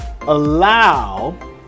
allow